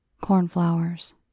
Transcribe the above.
cornflowers